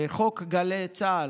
חוק גלי צה"ל,